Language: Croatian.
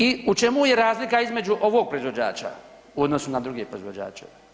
I u čemu je razlika između ovog proizvođača u odnosu na druge proizvođače?